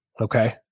okay